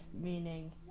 meaning